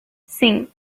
sim